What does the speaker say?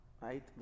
right